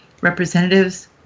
representatives